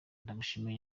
ndagushimiye